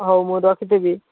ହଉ ମୁ ରଖିଥିବି